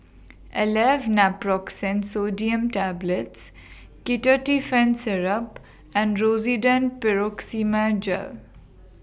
Aleve Naproxen Sodium Tablets Ketotifen Syrup and Rosiden Piroxicam Gel